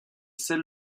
sels